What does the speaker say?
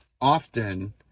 often